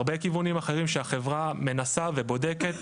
הרבה כיוונים אחרים שהחברה מנסה ובודקת,